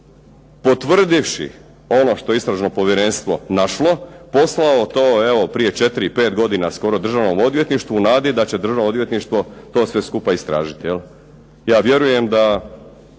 potvrdivši ono što je istražno povjerenstvo našlo poslao to evo prije četiri, pet godina skoro Državnom odvjetništvu u nadi da će Državno odvjetništvo to sve skupa istražiti. Ja vjerujem da